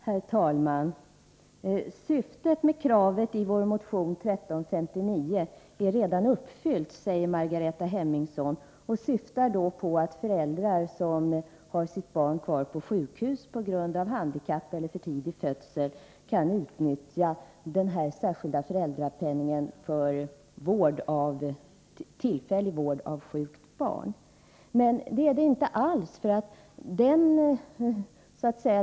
Herr talman! Syftet med kravet i vår motion 1359 är redan uppfyllt, säger Margareta Hemmingsson och syftar då på att föräldrar som har sitt barn kvar på sjukhus på grund av handikapp eller för tidig födsel kan utnyttja den särskilda föräldrapenningen för tillfällig vård av sjukt barn. Men det är inte alls så.